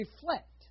reflect